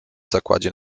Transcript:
zakładzie